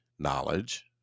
knowledge